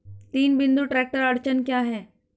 तीन बिंदु ट्रैक्टर अड़चन क्या है?